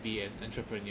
be an entrepreneur